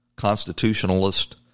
constitutionalist